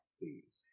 please